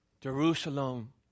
Jerusalem